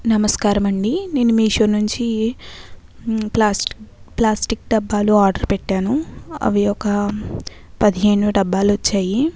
నమస్కారమండీ నేను మీషో నుంచి ప్లాస్టిక్ ప్లాస్టిక్ డబ్బాలు ఆర్డర్ పెట్టాను అవి ఒక పదిహేను డబ్బాలు వచ్చాయి